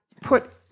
put